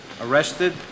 Arrested